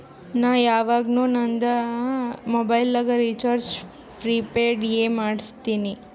ನಾ ಯವಾಗ್ನು ನಂದ್ ಮೊಬೈಲಗ್ ರೀಚಾರ್ಜ್ ಪ್ರಿಪೇಯ್ಡ್ ಎ ಮಾಡುಸ್ತಿನಿ